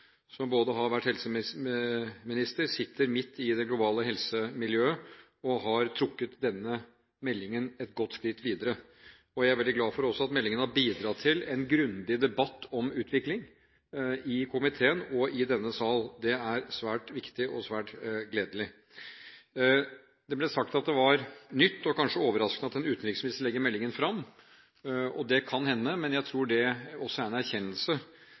som både har vært helseminister, sitter midt i det globale helsemiljøet og har trukket denne meldingen et godt skritt videre. Jeg er også veldig glad for at meldingen har bidratt til en grundig debatt om utvikling i komiteen og i denne sal. Det er svært viktig og svært gledelig. Det ble sagt at det var nytt og kanskje overraskende at en utenriksminister legger meldingen fram. Det kan hende, men jeg tror det også er en erkjennelse